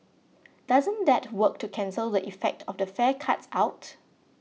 doesn't that work to cancel the effect of the fare cuts out